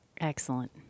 Excellent